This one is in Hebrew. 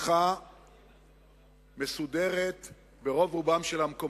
פתיחה מסודרת של שנת הלימודים ברוב רובם של המקומות.